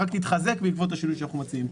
רק תתחזק בעקבות השינוי שאנחנו מציעים.